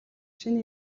шинэ